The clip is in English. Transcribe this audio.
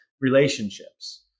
relationships